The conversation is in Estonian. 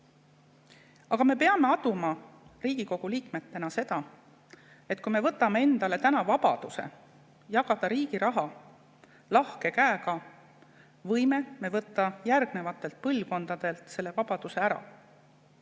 Aga me peame Riigikogu liikmetena aduma, et kui me võtame endale täna vabaduse jagada riigi raha lahke käega, võime me võtta järgnevatelt põlvkondadelt selle vabaduse ära.